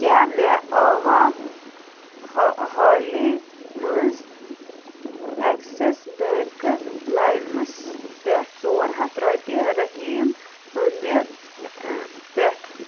کیٛاہ مےٚ آوا ہہ ہالی منٛز اٮ۪کسِس بٮ۪نٛکہٕ لایمَس پٮ۪ٹھ ژور ہَتھ رۄپیہِ رحیٖم نہِ پٮ۪ٹھ